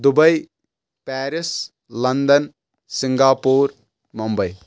Dubai Paris London Singapore Mumbai